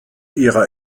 ihrer